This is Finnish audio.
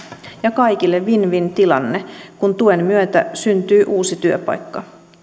ja kaikille win win tilanne kun tuen myötä syntyy uusi työpaikka